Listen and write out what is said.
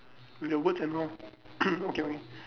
with the words and all okay okay